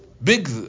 Big